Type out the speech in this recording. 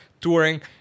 touring